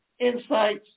insights